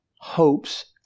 hopes